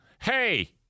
Hey